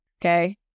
Okay